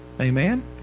amen